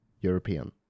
European